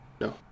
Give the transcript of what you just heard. No